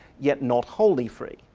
yet not wholly free,